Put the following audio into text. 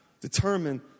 determine